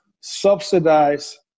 subsidize